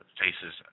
faces